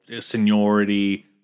Seniority